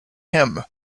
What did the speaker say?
him